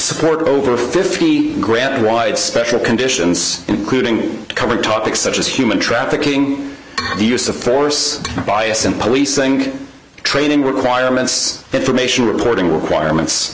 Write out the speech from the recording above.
support over fifty grand wide special conditions including cover topics such as human trafficking the use of force bias and policing training requirements information reporting requirements